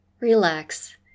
relax